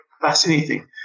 fascinating